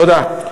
תודה.